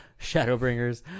Shadowbringers